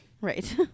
Right